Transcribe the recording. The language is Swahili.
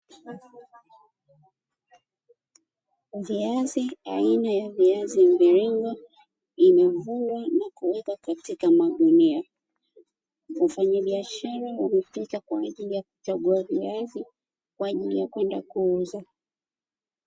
Viazi aina ya viazi mviringo imevunwa na kuwekwa katika magunia. Wafanyabiashara wamefika kwaajili ya viazi kwaajili ya kwenda kuuza.